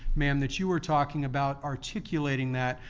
ma'am, that you we're talking about, articulating that.